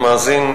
מאזין,